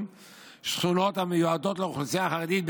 שכונות המיועדות לאוכלוסייה החרדית,